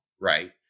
right